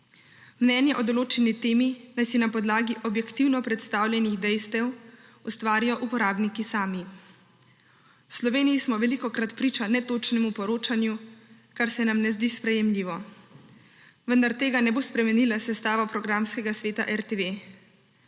Mnenje o določeni temi naj si na podlagi objektivno predstavljenih dejstev ustvarijo uporabniki sami. V Sloveniji smo velikokrat priča netočnemu poročanju, kar se nam ne zdi sprejemljivo, vendar tega ne bo spremenila sestava programskega sveta RTV.